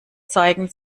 zeigen